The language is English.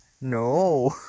no